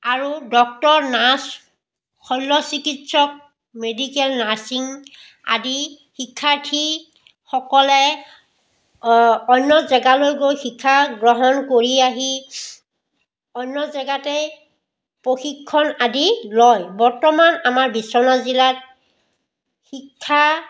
আৰু doctor nurse শৈল চিকিৎসক মেডিকেল নাৰ্চিং আদি শিক্ষাৰ্থীসকলে অন্য জেগালৈ গৈ শিক্ষা গ্ৰহণ কৰি আহি অন্য জেগাতে প্ৰশিক্ষণ আদি লয় বৰ্তমান আমাৰ বিশ্বনাথ জিলাত শিক্ষা